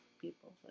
people